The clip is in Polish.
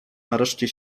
nareszcie